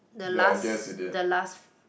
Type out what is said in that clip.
the last the last f~